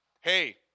hey